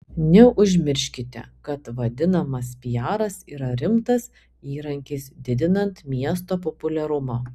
neužmirškite kad vadinamas piaras yra rimtas įrankis didinant miesto populiarumą